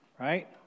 right